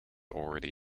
already